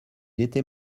était